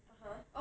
(uh huh)